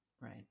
Right